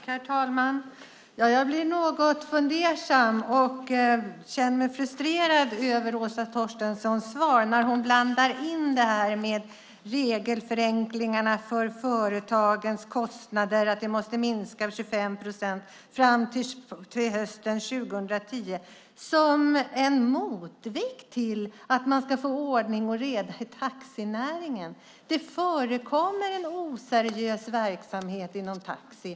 Herr talman! Jag blir något fundersam och känner mig frustrerad över Åsa Torstenssons svar när hon blandar in regelförenklingarna för företagen och att kostnaderna måste minska med 25 procent fram till hösten 2010. Hon tar det som en motvikt till att man ska få ordning och reda i taxinäringen. Det förekommer en oseriös verksamhet inom taxi.